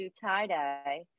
tie-dye